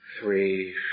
three